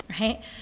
right